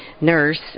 nurse